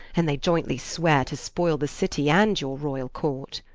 and they ioyntly sweare to spoyle the city, and your royall court